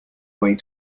way